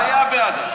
לסייע בידה.